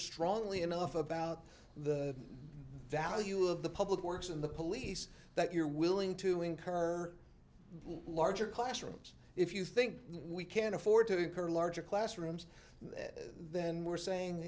strongly enough about the value of the public works and the police that you're willing to incur larger classrooms if you think we can't afford to be per larger classrooms then we're saying